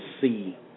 see